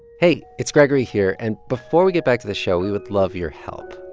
hey, it's gregory here. and before we get back to the show, we would love your help.